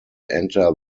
enter